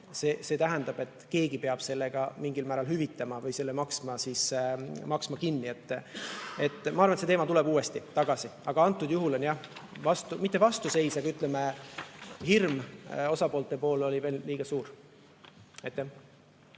aga tähendab, et keegi peab selle mingil määral hüvitama või kinni maksma. Ma arvan, et see teema tuleb uuesti tagasi, aga antud juhul oli, noh, mitte vastuseis, aga, ütleme, osapoolte hirm veel liiga suur.